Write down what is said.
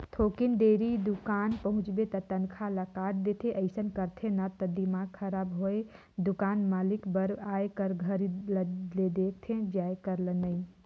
थोकिन देरी दुकान पहुंचबे त तनखा ल काट देथे अइसन करथे न त दिमाक खराब होय दुकान मालिक बर आए कर घरी ले देखथे जाये कर ल नइ